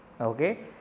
Okay